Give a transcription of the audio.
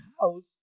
house